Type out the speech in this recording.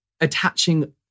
attaching